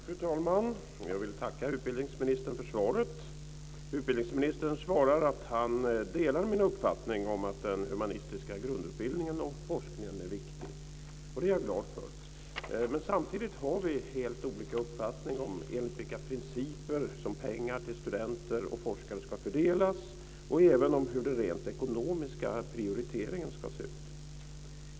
Fru talman! Jag vill tacka utbildningsministern för svaret. Utbildningsministern säger att han delar min uppfattning om att den humanistiska grundutbildningen och forskningen är viktig. Det är jag glad för. Samtidigt har vi helt olika uppfattningar om enligt vilka principer som pengar till studenter och forskare ska fördelas och även om hur den rent ekonomiska prioriteringen ska se ut.